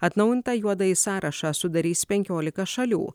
atnaujintą juodąjį sąrašą sudarys penkiolika šalių